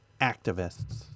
activists